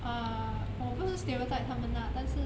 ah 我不是 stereotype 他们啦但是